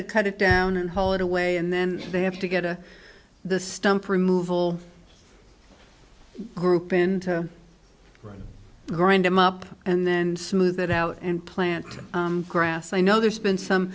to cut it down and haul it away and then they have to get to the stump removal group in grind them up and then smooth it out and plant grass i know there's been some